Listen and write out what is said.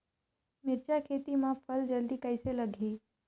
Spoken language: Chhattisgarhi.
मिरचा खेती मां फल जल्दी कइसे लगही?